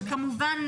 וכמובן,